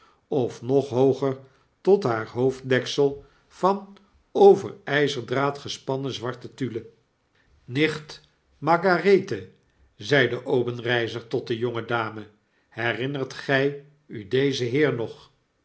of nog hooger tot haar hoofddeksel van over gzerdraad gespannen zwarte tulle nicht margarethe zeide obenreizer tot de jonge dame w herinnert gy u dezen heer nog